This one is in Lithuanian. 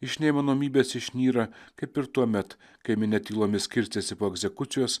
iš neįmanomybės išnyra kaip ir tuomet kai minia tylomis skirstėsi po egzekucijos